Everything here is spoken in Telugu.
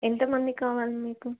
ఎంతమందికి కావాలి మీకు